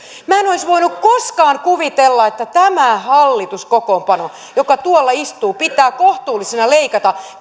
minä en olisi voinut koskaan kuvitella että tämä hallituskokoonpano joka tuolla istuu pitää kohtuullisena leikata